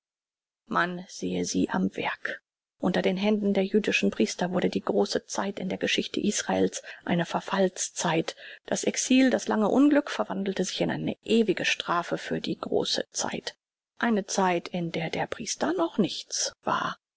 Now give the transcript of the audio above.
man sehe sie am werk unter den händen der jüdischen priester wurde die große zeit in der geschichte israel's eine verfalls zeit das exil das lange unglück verwandelte sich in eine ewige strafe für die große zeit eine zeit in der der priester noch nichts war